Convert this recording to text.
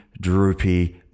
droopy